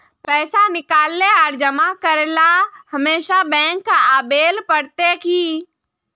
पैसा निकाले आर जमा करेला हमेशा बैंक आबेल पड़ते की?